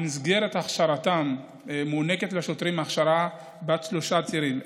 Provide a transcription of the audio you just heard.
במסגרת הכשרתם מוענקת לשוטרים הכשרה בת שלושה צירים: